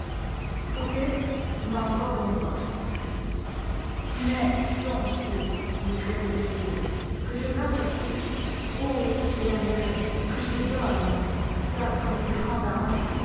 fouqué n'en revenait pas mais songes-tu lui répétait-il que je t'associe ou si tu l'aimes mieux que je te donne quatre mille francs par an